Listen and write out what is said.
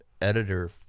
editor